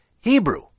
Hebrew